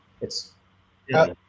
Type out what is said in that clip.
It's-